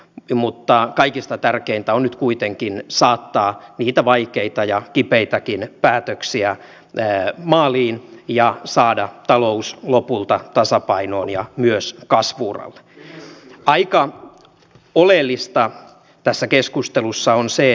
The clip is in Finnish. mikki mutta kaikista tärkeintä on nyt kuitenkin saattaa niitä vaikeita ja kipeitäkin päätöksiä menee maaliin ja saada talous lopulta tasapainoon ja myös kasvuun on aika oleellista tässä keskustelussa on se